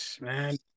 Man